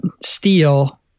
steel